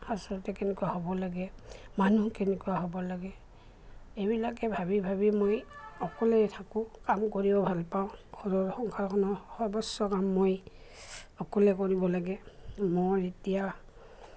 আচলতে কেনেকুৱা হ'ব লাগে মানুহো কেনেকুৱা হ'ব লাগে এইবিলাকে ভাবি ভাবি মই অকলেই থাকোঁ কাম কৰিও ভালপাওঁ ঘৰৰ সংসাৰখনৰ সৰ্বোচ্চ কাম মই অকলে কৰিব লাগে মোৰ এতিয়া